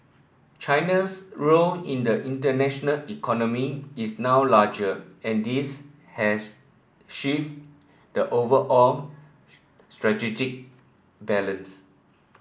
China's role in the international economy is now larger and this has shifted the overall strategic balance